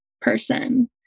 person